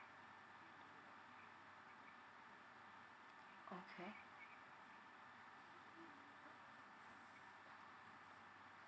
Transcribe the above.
okay